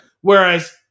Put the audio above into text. Whereas